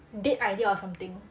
date idea or something